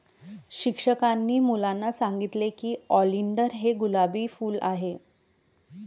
शिक्षकांनी मुलांना सांगितले की ऑलिंडर हे गुलाबी फूल आहे